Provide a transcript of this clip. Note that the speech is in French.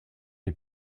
les